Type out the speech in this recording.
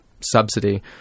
subsidy